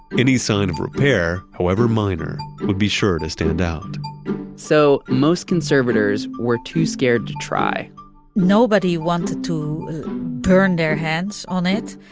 any sign of repair, however minor, would be sure to stand out so most conservators were too scared to try nobody wanted to burn their hands on it,